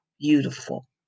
Beautiful